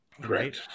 Great